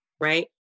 Right